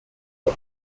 for